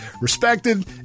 respected